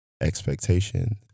expectation